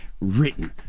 written